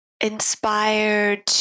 inspired